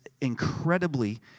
incredibly